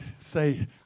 say